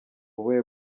ubuhe